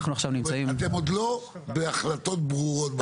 אנחנו עכשיו נמצאים --- זאת אומרת אתם עוד לא בהחלטות ברורות בנושא.